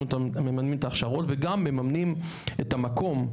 מממנים את ההכשרות וגם מממנים את המקום,